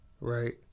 Right